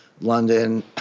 London